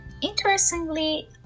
interestingly